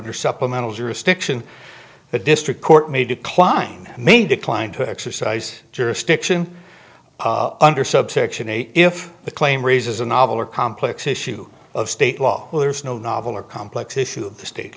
under supplemental jurisdiction the district court may decline may decline to exercise jurisdiction under subsection eight if the claim raises a novel or complex issue of state law well there is no novel or complex issue of the state